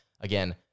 Again